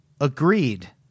agreed